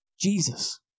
Jesus